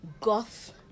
goth